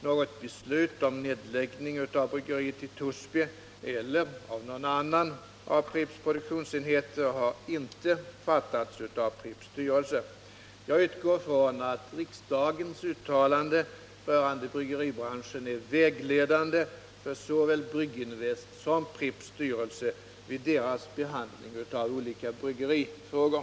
Något beslut om nedläggning av bryggeriet i Torsby eller av någon annan av Pripps produktionsenheter har inte fattats av Pripps styrelse. Jag utgår från att riksdagens uttalanden rörande bryggeribranschen är vägledande för såväl Brygginvest som Pripps styrelse vid deras behandling av olika bryggerifrågor.